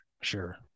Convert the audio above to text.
Sure